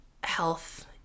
health